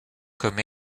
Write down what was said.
comme